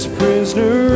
prisoner